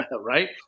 Right